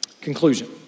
Conclusion